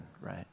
right